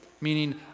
meaning